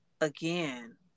again